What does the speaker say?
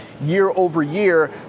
year-over-year